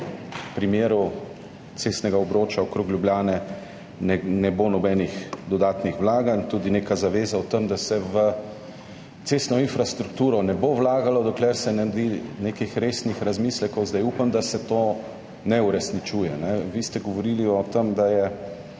primeru cestnega obroča okrog Ljubljane ne bo nobenih dodatnih vlaganj, tudi neko zavezo o tem, da se v cestno infrastrukturo ne bo vlagalo, dokler se ne naredi nekih resnih razmislekov. Upam, da se to ne uresničuje. Vi ste govorili o tem, da je